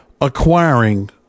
acquiring